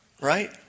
right